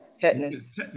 tetanus